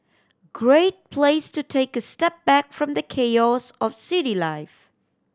great place to take a step back from the chaos of city life